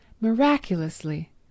miraculously